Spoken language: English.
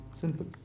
Simple